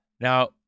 Now